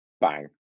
Bang